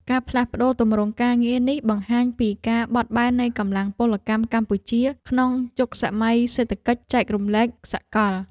ការផ្លាស់ប្តូរទម្រង់ការងារនេះបង្ហាញពីការបត់បែននៃកម្លាំងពលកម្មកម្ពុជាក្នុងយុគសម័យសេដ្ឋកិច្ចចែករំលែកសកល។